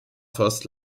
first